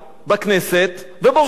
בכנסת, ובורחים.